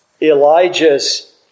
Elijah's